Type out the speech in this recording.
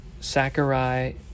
Sakurai